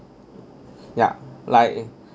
yeah like